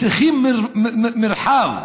צריכים מרחב.